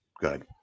Good